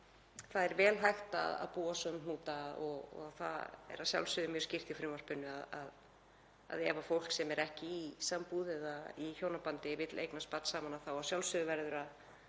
Það er vel hægt að búa svo um hnúta og það er að sjálfsögðu mjög skýrt í frumvarpinu að ef fólk sem er ekki í sambúð eða hjónabandi vill eignast barn saman þá verður að sjálfsögðu að